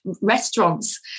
restaurants